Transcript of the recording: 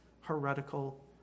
heretical